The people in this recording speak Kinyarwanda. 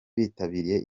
bitabiriye